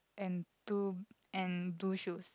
and two and blue shoes